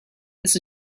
this